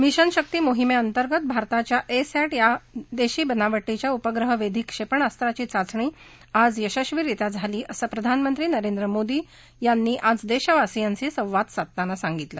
mission शक्ती मोहिमेअंतर्गत भारताच्या ए सॅट या देशी बनावटीच्या उपग्रह वेधी क्षेपणारत्राची चाचणी आज यशस्वीरित्या झाली असं प्रधानमंत्री नरेंद्र मोदी यांनी आज देशवासियांशी संवाद साधताना सांगितलं